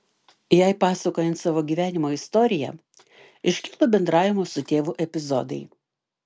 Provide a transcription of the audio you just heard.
jai pasakojant savo gyvenimo istoriją iškilo bendravimo su tėvu epizodai